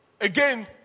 Again